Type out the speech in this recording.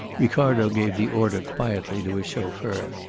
ricardo gave the order quietly to his chauffeur,